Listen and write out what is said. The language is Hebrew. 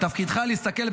תפקידך להסתכל,